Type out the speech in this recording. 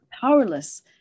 powerless